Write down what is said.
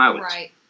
Right